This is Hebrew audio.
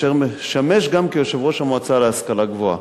אשר משמש גם כיושב-ראש המועצה להשכלה גבוהה.